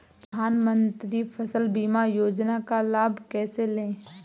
प्रधानमंत्री फसल बीमा योजना का लाभ कैसे लें?